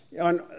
on